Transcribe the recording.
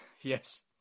yes